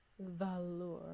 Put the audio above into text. valor